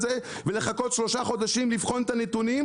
זה ולחכות שלושה חודשים לבחון את הנתונים,